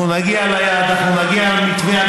אנחנו נגיע ליעד, אנחנו נגיע למתווה.